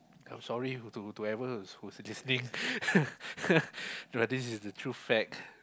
I'm sorry to whoever who's listening but this is the true fact